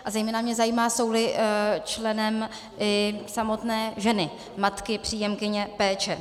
A zejména mě zajímá, jsouli členem i samotné ženy, matky, příjemkyně péče.